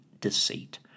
deceit